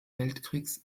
weltkriegs